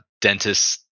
dentist